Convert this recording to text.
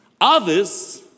Others